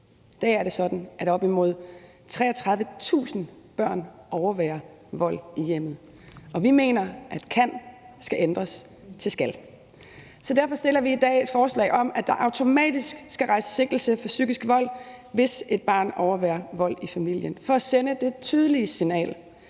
I dag er det sådan, at op imod 33.000 børn overværer vold i hjemmet, og vi mener, at »kan« skal ændres til »skal«. Så derfor fremsætter vi i dag et forslag om, at der automatisk skal rejses sigtelse for psykisk vold, hvis et barn overværer vold i familien, for at sende det tydelige signal,